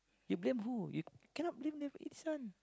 you blame who you cannot blame them for this one